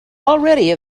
already